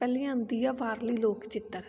ਪਹਿਲੀ ਆਉਂਦੀ ਆ ਬਾਹਰਲੀ ਲੋਕ ਚਿੱਤਰ